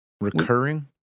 recurring